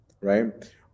Right